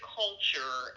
culture